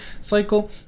cycle